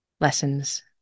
lessons